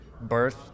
birth